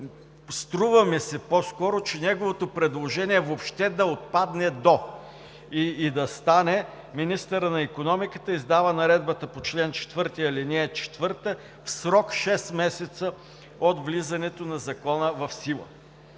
струва ми се по-скоро, че неговото предложение е въобще да отпадне „до“ и да стане: „Министърът на икономиката издава наредбата по чл. 4, ал. 4 в срок 6 месеца от влизането на закона в сила.“